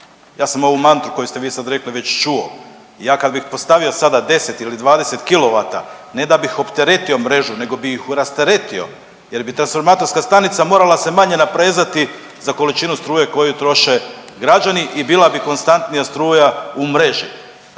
Ja sam ovu mantru koju ste vi sad rekli već čuo. Ja kad bih postavio sada 10 ili 20 kilovata ne da bih opteretio mrežu nego bih ih rasteretio jer bi transformatorska stanica morala se manje naprezati za količinu struje koju troše građani i bila bi konstantnija struja u mreži.